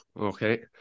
Okay